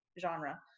genre